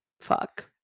fuck